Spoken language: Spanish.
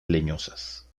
leñosas